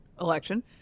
election